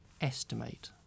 estimate